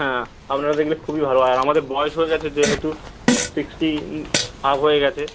হ্যাঁ আপনারা দেখলে খুবই ভালো আর আমাদের বয়স হয়ে গেছে যেহেতু সিক্সটি আপ হয়ে গেছে